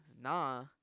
nah